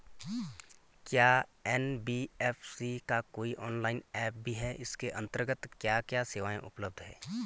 क्या एन.बी.एफ.सी का कोई ऑनलाइन ऐप भी है इसके अन्तर्गत क्या क्या सेवाएँ उपलब्ध हैं?